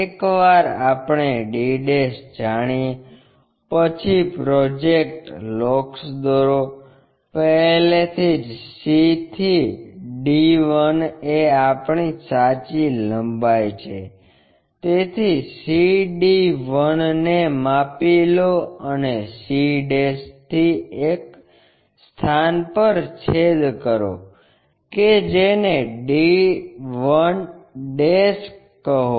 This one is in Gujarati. એકવાર આપણે d જાણીએ પછી પ્રોજેક્ટર લોકસ દોરો પહેલેથી જ c થી d 1 એ આપણી સાચી લંબાઈ છે તેથી c d 1 ને માંપી લો અને c થી એક સ્થાન પર છેદ કરો કે જેને d 1 કહો